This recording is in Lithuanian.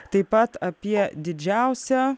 taip pat apie didžiausią